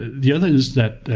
the other is that